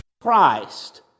Christ